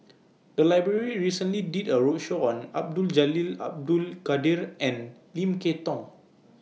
The Library recently did A roadshow on Abdul Jalil Abdul Kadir and Lim Kay Tong